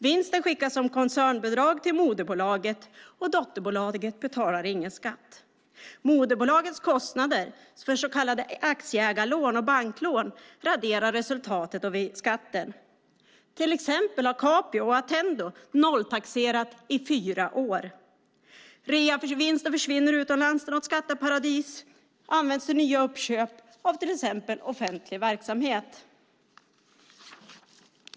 Vinsten skickas som koncernbidrag till moderbolaget, och dotterbolaget betalar ingen skatt. Moderbolagets kostnader för så kallade aktieägarlån och banklån raderar resultatet av skatten. Till exempel har Capio och Attendo nolltaxerat i fyra år. Reavinsten försvinner utomlands i något skatteparadis och används till nya uppköp av till exempel offentlig verksamhet.